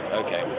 okay